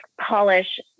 polish